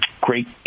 great